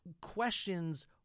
questions